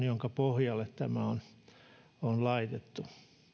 joiden pohjalle tämä on laitettu